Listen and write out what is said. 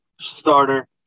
starter